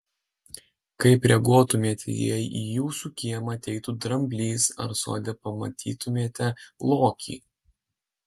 kaip reaguotumėte jei į jūsų kiemą ateitų dramblys ar sode pamatytumėte lokį